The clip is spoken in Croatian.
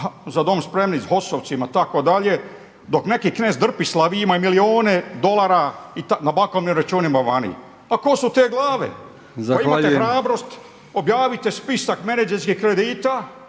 „Za dom spremni“ s HOS-ovcima itd. dok neki knez drpislav imaju milijune dolara na bankovnim računima vani. Pa ko su te glave? Ako imate hrabrosti objaviti spisak menadžerskih kredita